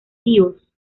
tíos